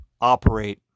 operate